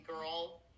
girl